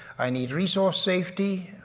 i need resource safety.